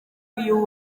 uyu